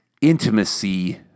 intimacy